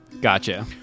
Gotcha